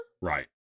Right